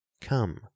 Come